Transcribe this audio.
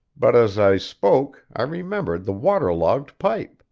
but as i spoke i remembered the water-logged pipe.